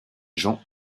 jean